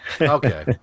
Okay